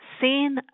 seen